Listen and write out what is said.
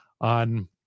on